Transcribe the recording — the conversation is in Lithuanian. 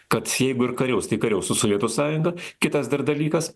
kad jeigu ir kariaus tai kariaus su sovietų sąjunga kitas dar dalykas